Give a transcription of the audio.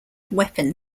weapon